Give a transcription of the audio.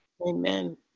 Amen